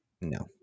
No